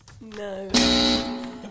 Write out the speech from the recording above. No